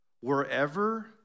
wherever